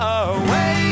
away